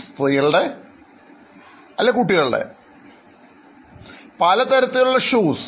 സ്ത്രീകളുടെ അല്ലെങ്കിൽ കുട്ടികളുടെ പല സൈസിലുള്ള ഷൂസ്